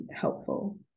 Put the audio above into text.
helpful